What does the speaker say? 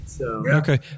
Okay